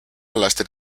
laster